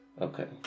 Okay